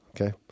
Okay